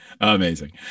Amazing